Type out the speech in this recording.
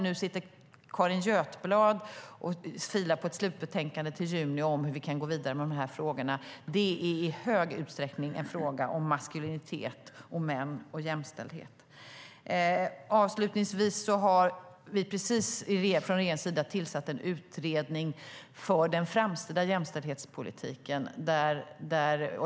Nu sitter Carin Götblad och filar på ett slutbetänkande till juni om hur vi kan gå vidare med frågan. Det är i hög grad en fråga om maskulinitet, män och jämställdhet. Avslutningsvis har regeringen tillsatt en utredning för den framtida jämställdhetspolitiken.